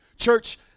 Church